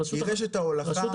היא רשת ההולכה,